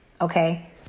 okay